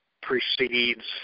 precedes